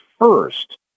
first